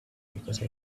because